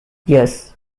yes